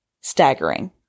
staggering